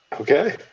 Okay